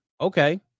Okay